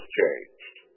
changed